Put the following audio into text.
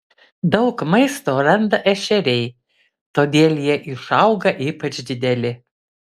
daug maisto randa ešeriai todėl jie išauga ypač dideli